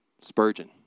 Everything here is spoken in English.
Spurgeon